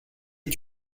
est